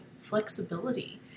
flexibility